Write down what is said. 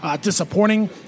disappointing